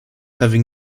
having